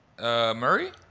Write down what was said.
Murray